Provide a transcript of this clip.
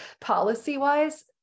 policy-wise